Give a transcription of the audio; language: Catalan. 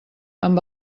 amb